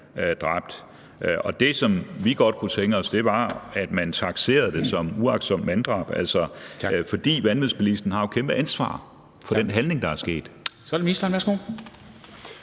dræbt. Og det, som vi godt kunne tænke os, var, at man takserede det som uagtsomt manddrab, fordi vanvidsbilisten jo har et kæmpe ansvar for den handling, der er sket.